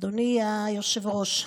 אדוני היושב-ראש,